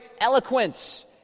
eloquence